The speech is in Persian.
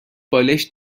بالشت